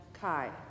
kai